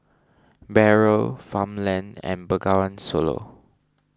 Barrel Farmland and Bengawan Solo